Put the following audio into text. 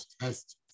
test